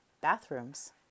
bathrooms